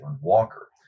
Walker